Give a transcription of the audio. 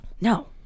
No